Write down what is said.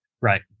Right